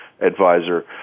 advisor